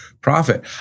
profit